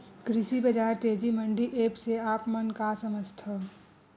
कृषि बजार तेजी मंडी एप्प से आप मन का समझथव?